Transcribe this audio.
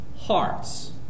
hearts